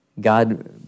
God